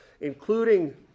including